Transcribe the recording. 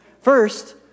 First